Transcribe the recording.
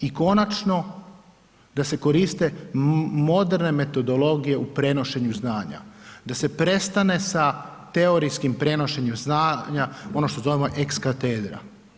I konačno, da se koriste moderne metodologije u prenošenju znanja, da se prestane sa teorijskim prenošenjem znanja, ono što zovemo ex katedra.